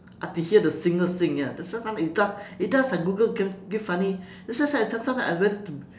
I have to hear the singer sing ya that's why sometimes it does it does ah google can give funny that's why say I sometime I went to